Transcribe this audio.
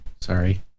Sorry